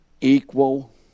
equal